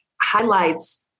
highlights